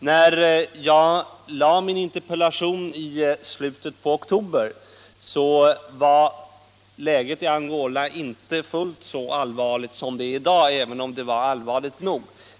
När jag framställde min interpellation i slutet av oktober var läget i Angola inte fullt så allvarligt som i dag, även om det var allvarligt nog.